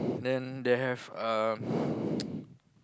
then they have uh